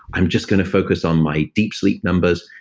i'm just going to focus on my deep sleep numbers.